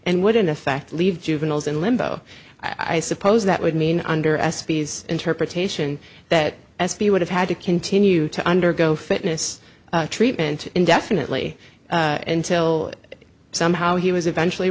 and would in effect leave juveniles in limbo i suppose that would mean under espy's interpretation that s b would have had to continue to undergo fitness treatment indefinitely until somehow he was eventually